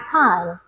time